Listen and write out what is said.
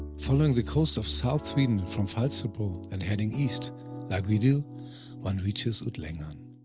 following the coast of south sweden from falsterbro and heading east like we do one reaches utlangan.